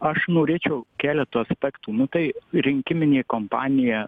aš norėčiau keletu aspektų nu tai rinkiminė kompanija